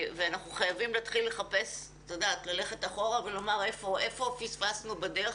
אנחנו חייבים ללכת אחורה ולומר היכן פספסנו בדרך.